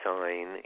sign